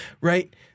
right